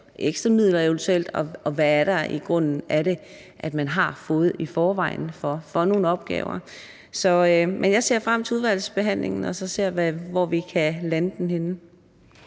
ekstra midler, og hvad det i grunden er af det, man har fået i forvejen for nogle opgaver. Men jeg ser frem til udvalgsbehandlingen og til at se, hvor vi så kan lande den henne.